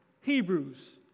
Hebrews